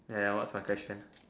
ya what's my question